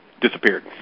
disappeared